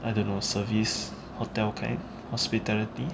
I don't know service hotel kind hospitality